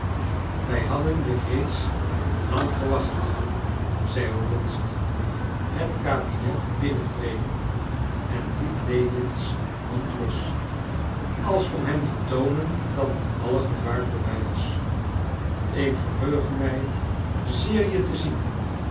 wij hadden je reeds lang verwacht zeide oblonsky het kabinet binnentredend en liet lewins hand los als om hem te toonen dat nu alle gevaar voorbij was ik verheug mij zeer je te zien